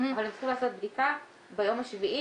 אבל הם צריכים לעשות בדיקה ביום השביעי